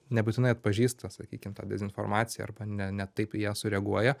nebūtinai atpažįsta sakykim tą dezinformaciją arba ne ne taip į ją sureaguoja